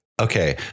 Okay